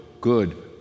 good